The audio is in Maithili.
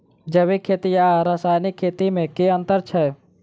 जैविक खेती आ रासायनिक खेती मे केँ अंतर छै?